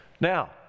Now